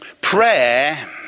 prayer